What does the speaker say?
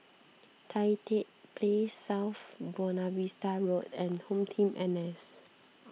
Tan Tye Place South Buona Vista Road and HomeTeam N S